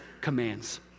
commands